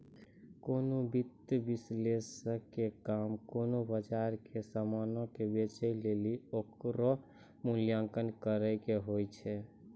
कोनो वित्तीय विश्लेषक के काम कोनो बजारो के समानो के बेचै लेली ओकरो मूल्यांकन करै के होय छै